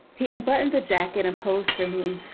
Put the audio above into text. he unbuttoned the jacket and posed for me,